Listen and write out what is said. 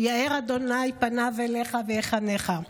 יאר ה' פניו אליך וִיחֻנֶּךָּ.